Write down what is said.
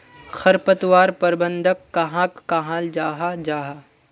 खरपतवार प्रबंधन कहाक कहाल जाहा जाहा?